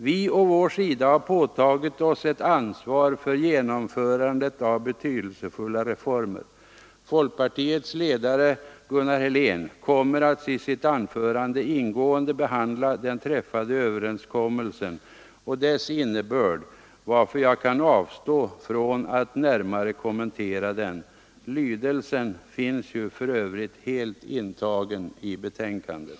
Vi å vår sida har påtagit oss ett ansvar för genomförandet av betydelsefulla reformer. Folkpartiets ledare, Gunnar Helén, kommer att i sitt anförande ingående behandla den träffade överenskommelsen och dess innebörd, varför jag kan avstå från att närmare kommentera den. Lydelsen finns ju för övrigt helt intagen i betänkandet.